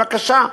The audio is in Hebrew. בבקשה,